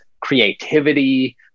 creativity